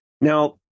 Now